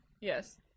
Yes